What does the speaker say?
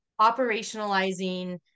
operationalizing